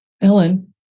Ellen